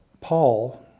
Paul